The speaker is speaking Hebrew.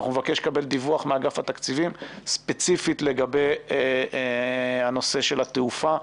אנחנו נבקש לקבל דיווח מאגף התקציבים ספציפית לגבי הנושא של התעופה,